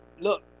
look